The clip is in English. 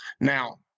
now